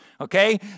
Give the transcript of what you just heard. okay